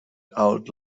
out